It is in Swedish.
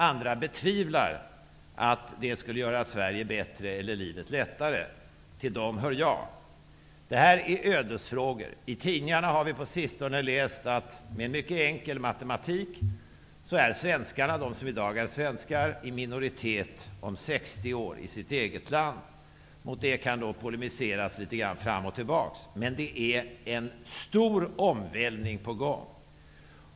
Andra betvivlar att det skulle göra Sverige bättre eller livet lättare. Till dem hör jag. Det här är ödesfrågor. I tidningarna har vi på sistone kunnat läsa att man med mycket enkel matematik kan räkna ut att de svenska svenskarna är i minoritet i sitt eget land om 60 år. Mot detta kan polemiseras litet grand, fram och tillbaka, men det är en stor omvälvning på gång.